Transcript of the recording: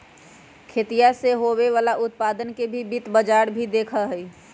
खेतीया से होवे वाला उत्पादन के भी वित्त बाजार ही देखा हई